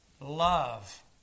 love